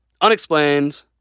Unexplained